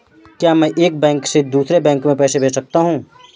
क्या मैं एक बैंक से दूसरे बैंक में पैसे भेज सकता हूँ?